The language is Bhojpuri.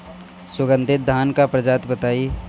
सुगन्धित धान क प्रजाति बताई?